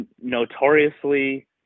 notoriously